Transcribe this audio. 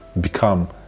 become